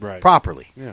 properly